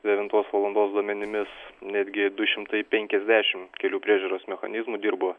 devintos valandos duomenimis netgi du šimtai penkiasdešim kelių priežiūros mechanizmų dirbo